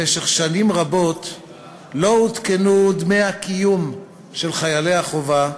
במשך שנים רבות לא עודכנו דמי הקיום של חיילי החובה,